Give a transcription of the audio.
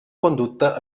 conducte